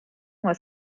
with